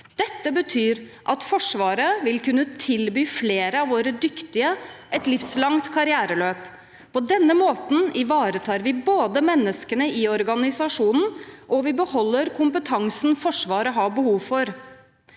Dette betyr at Forsvaret vil kunne tilby flere av våre dyktige et livslangt karriereløp. På denne måten både ivaretar vi menneskene i organisasjonen og vi beholder kompetansen Forsvaret har behov for.